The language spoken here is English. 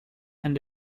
and